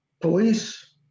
police